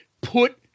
put